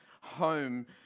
home